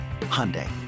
Hyundai